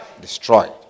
Destroyed